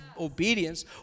obedience